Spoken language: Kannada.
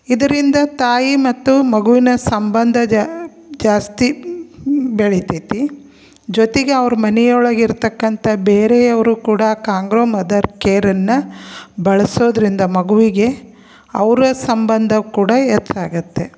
ಇದರಿಂದ ತಾಯಿ ಮತ್ತು ಮಗುವಿನ ಸಂಬಂಧ ಜಾಸ್ತಿ ಬೆಳೀತೈತಿ ಜೊತೆಗೆ ಅವ್ರ ಮನೆಯೊಳಗ್ ಇರತಕ್ಕಂಥ ಬೇರೆಯವರೂ ಕೂಡ ಕಾಂಗ್ರೋ ಮದರ್ ಕೇರನ್ನು ಬಳಸೋದ್ರಿಂದ ಮಗುವಿಗೆ ಅವರ ಸಂಬಂಧ ಕೂಡ ಹೆಚ್ಚಾಗತ್ತೆ